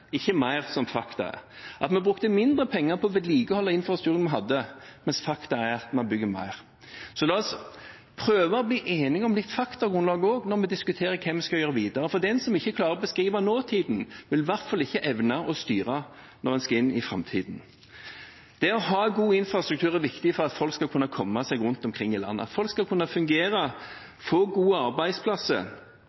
ikke mer, som faktum er – at vi brukte mindre penger på vedlikehold av infrastrukturen vi har, mens faktum er at man bygger mer. La oss prøve å bli enige om litt faktagrunnlag også når vi diskuterer hva vi skal gjøre videre, for den som ikke klarer å beskrive nåtiden, vil i hvert fall ikke evne å styre når en skal inn i framtiden. Det å ha en god infrastruktur er viktig for at folk skal kunne komme seg rundt omkring i landet. Folk skal kunne fungere,